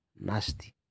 nasty